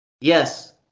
Yes